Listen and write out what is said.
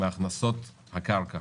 הכנסות הקרקע